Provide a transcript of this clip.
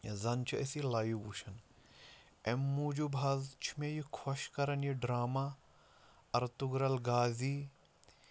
یا زَن چھِ أسۍ یہِ لایِو وٕچھان اَمہِ موٗجوٗب حظ چھُ مےٚ یہِ خۄش کران یہِ ڈراما ارتُگرل غازی